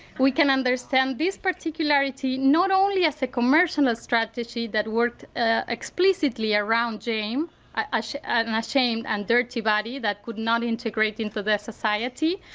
we can understand the particularity not only as a commercial strategy that worked ah explicitly around an i mean and ashamed and dirty body that could not integrate into the society.